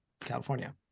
California